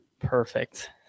Perfect